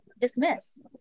dismiss